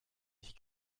sich